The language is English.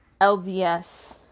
LDS